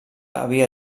havia